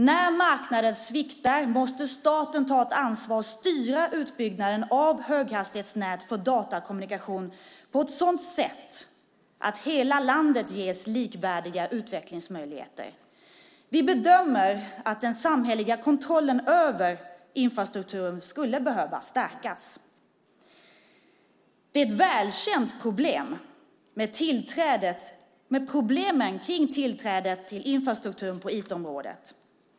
När marknaden sviktar måste staten ta ett ansvar och styra utbyggnaden av höghastighetsnät för datakommunikation på ett sådant sätt att hela landet ges likvärdiga utvecklingsmöjligheter. Vi bedömer att den samhälleliga kontrollen över och IT-infrastrukturen skulle behöva stärkas. Det är ett välkänt problem med tillträdet till infrastrukturen på IT-området.